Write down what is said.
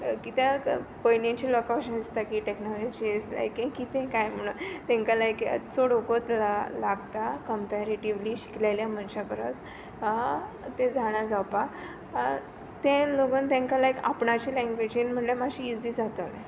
कित्याक पयनींच्या लोकांक अशें दिसता की टेक्नोलॉजी इज लायक हें कितें काय म्हुणोन तेंकां लायक चोड वोगोत लागता कमपेरेटीवली शिकलल्या मनशा पोरोस तें जाणा जावपाक ते लोगून तेंका लायक आपणाच्या लेंग्वेजीन म्हणल्यार लायक इजी जातोलें